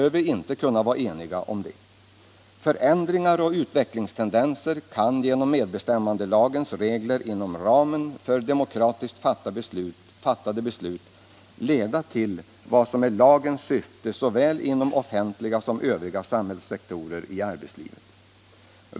Bör vi inte kunna vara eniga om det? Förändringar och utvecklingstendenser kan genom medbestämmandelagens regler inom ramen för demokratiskt fattade beslut leda till vad som är lagens syfte inom såväl offentliga som övriga samhällssektorer i arbetslivet.